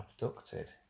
abducted